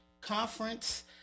conference